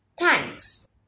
Thanks